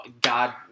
god